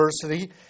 diversity